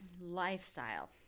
Lifestyle